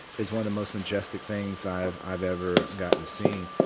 is one of the most majestic things i've i've ever gotten to see.